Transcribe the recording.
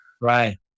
Right